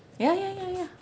ya ya ya ya